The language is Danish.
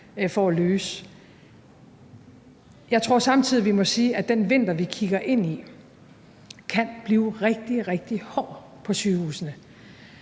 for at løse. Jeg tror samtidig, vi må sige, at den vinter, vi kigger ind i, kan blive rigtig, rigtig hård på sygehusene,